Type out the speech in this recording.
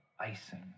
icing